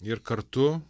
ir kartu